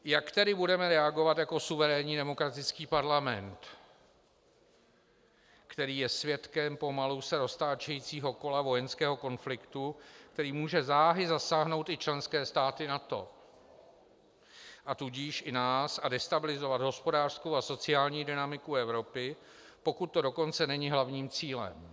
Jak tedy budeme reagovat jako suverénní demokratický parlament, který je svědkem pomalu se roztáčejícího se kola vojenského konfliktu, který může záhy zasáhnout i členské státy NATO, a tudíž i nás a destabilizovat hospodářskou a sociální dynamiku Evropy, pokud to dokonce není hlavním cílem?